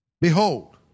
Behold